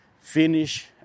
finish